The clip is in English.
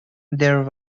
there